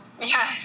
Yes